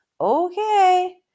Okay